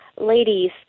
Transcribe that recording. ladies